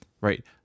right